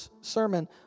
sermon